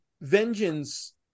Vengeance